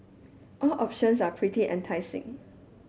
all options are pretty enticing